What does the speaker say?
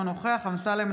אינו נוכח דוד אמסלם,